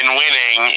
winning